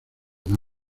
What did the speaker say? algo